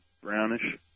Brownish